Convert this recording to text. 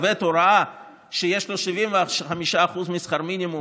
עובד הוראה שיש לו 75% משכר מינימום